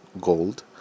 gold